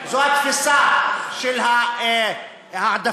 זו התפיסה של ימי